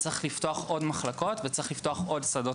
צריך לפתוח עוד מחלקות וצריך לפתוח עוד שדות